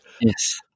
Yes